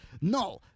No